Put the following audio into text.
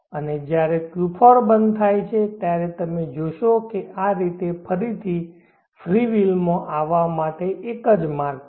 અને જ્યારે Q4 બંધ થાય છે ત્યારે તમે જોશો કે આ રીતે ફરીથી ફ્રી વિલ માં આવવા માટે એક માર્ગ છે